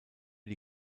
die